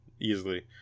easily